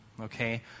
Okay